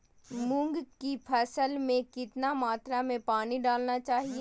मूंग की फसल में कितना मात्रा में पानी डालना चाहिए?